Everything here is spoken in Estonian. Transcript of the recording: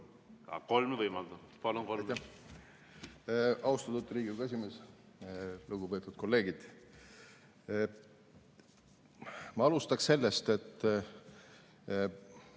Ma alustan sellest, et